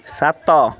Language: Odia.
ସାତ